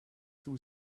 too